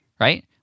right